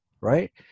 right